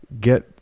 get